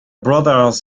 brothers